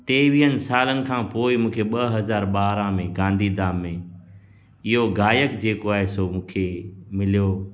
टेवीहनि सालनि खां पोइ मूंखे ॿ हज़ार बारहं में गांधी धाम में इहो गायक जेको आहे सो मूंखे मिलियो